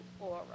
aura